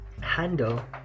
handle